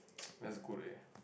that's good eh